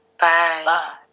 Bye